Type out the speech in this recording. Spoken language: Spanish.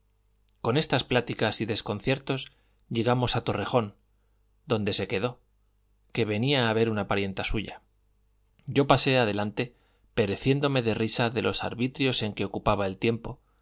con estas pláticas y desconciertos llegamos a torrejón donde se quedó que venía a ver una parienta suya yo pasé adelante pereciéndome de risa de los arbitrios en que ocupaba el tiempo